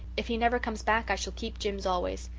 if he never comes back i shall keep jims always.